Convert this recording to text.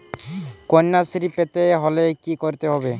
কন্যাশ্রী পেতে হলে কি করতে হবে?